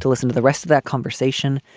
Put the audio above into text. to listen to the rest of that conversation.